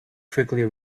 quickly